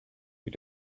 you